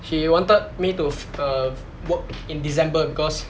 she wanted me to f~ err f~ work in december because